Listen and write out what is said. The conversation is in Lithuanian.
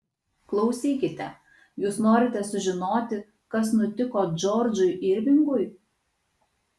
klausykite jūs norite sužinoti kas nutiko džordžui irvingui